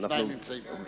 נמצאים פה.